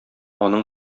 аның